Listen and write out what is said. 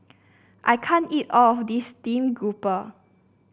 I can't eat all of this stream grouper